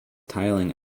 tiling